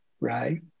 right